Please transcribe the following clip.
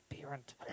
parent